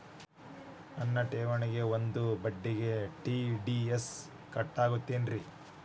ನನ್ನ ಠೇವಣಿಗೆ ಬಂದ ಬಡ್ಡಿಗೆ ಟಿ.ಡಿ.ಎಸ್ ಕಟ್ಟಾಗುತ್ತೇನ್ರೇ?